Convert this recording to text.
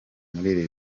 muri